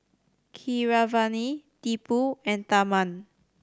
Keeravani Tipu and Tharman